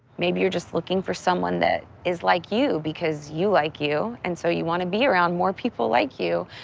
maybe you're just looking for someone that is like you because you like you and so you want be around more people like you,